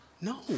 no